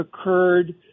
occurred